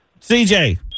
cj